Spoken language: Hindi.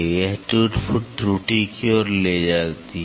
तो यह टूट फूट त्रुटि की ओर ले जाती है